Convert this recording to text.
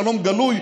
שלום גלוי,